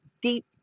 deep